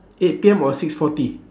eight P_M or six forty